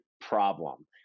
problem